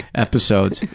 episodes.